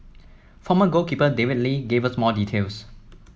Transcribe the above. former goalkeeper David Lee gave us more details